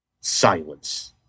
Silence